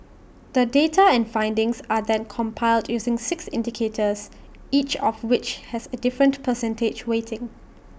the data and findings are then compiled using six indicators each of which has A different percentage weighting